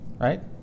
Right